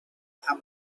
how